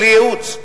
בלי ייעוץ.